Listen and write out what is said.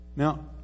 Now